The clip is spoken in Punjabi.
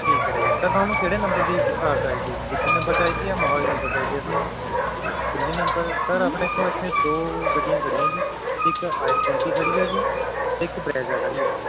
ਠੀਕ ਹੈ ਜੀ ਸਰ ਤੁਹਾਨੂੰ ਕਿਹੜੇ ਨੰਬਰ ਦੀ ਕਾਰ ਚਾਹੀਦੀ ਜੀ ਦਿੱਲੀ ਨੰਬਰ ਚਾਹੀਦੀ ਹੈ ਮੋਹਾਲੀ ਨੰਬਰ ਚਾਹੀਦੀ ਹੈ ਜੀ ਦਿੱਲੀ ਨੰਬਰ ਸਰ ਆਪਣੇ ਕੋਲ ਇੱਥੇ ਦੋ ਗੱਡੀਆਂ ਖੜ੍ਹੀਆਂ ਜੀ ਇੱਕ ਆਈ ਟਵੈਂਟੀ ਖੜ੍ਹੀ ਹੈ ਜੀ ਇੱਕ ਬਰੈਜਾ ਖੜ੍ਹੀ ਹੈ